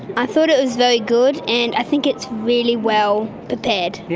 i thought it was very good and i think it's really well prepared.